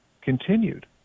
continued